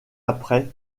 après